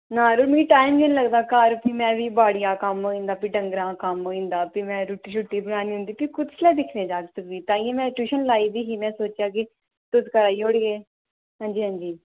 ना यरो मिकी टाइम नेईं लगदा घर फ्ही बाड़ी दा कम्म होईंदा फ्ही डंगरें दा कम्म होईं जंदा फ्ही में रुट्टी शूट्टी बनानी होंदी ते कुसलै दिक्खने जाकत फ्ही ताहियें में ट्यूशन लाई दी ही में सोचेआ के तुस कराई ओड़गे हां'जी हां'जी